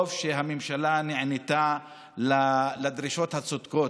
טוב שהממשלה נענתה לדרישות הצודקות.